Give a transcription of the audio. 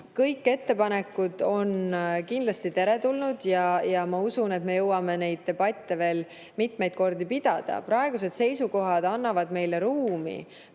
Kõik ettepanekud on kindlasti teretulnud ja ma usun, et me jõuame neid debatte veel mitmeid kordi pidada. Praegused seisukohad annavad meile ruumi